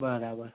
બરાબર